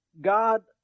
God